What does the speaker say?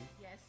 Yes